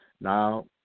Now